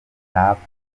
ntapfa